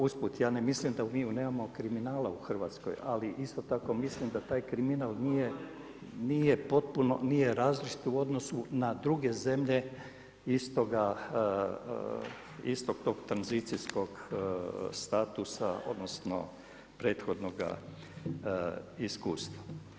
Usput ja ne mislim da mi nemamo kriminala u Hrvatskoj ali isto tako mislim da ta taj kriminal nije potpuno, nije različit u odnosu na druge zemlje istoga tog tranzicijskog statusa odnosno prethodnoga iskustva.